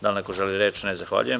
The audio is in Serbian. Da li neko želi reč? (Ne) Zahvaljujem.